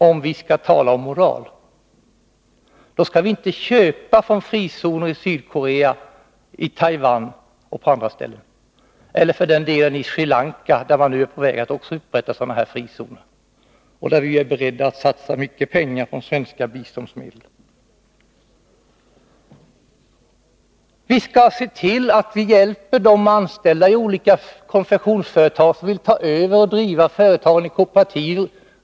Om vi skall tala om moral, då skall vi inte köpa från frizoner i Sydkorea, i Taiwan eller på andra håll — för den delen inte heller från Sri Lanka, där man också är på väg att upprätta sådana här frizoner och där vi är beredda att satsa mycket pengar av svenska biståndsmedel. Vi bör se till att vi hjälper anställda i olika konfektionsföretag som vill ta över och driva företagen kooperativt.